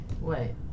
wait